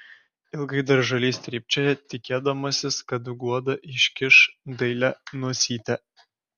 ilgai dar žalys trypčioja tikėdamasis kad guoda iškiš dailią nosytę